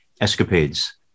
escapades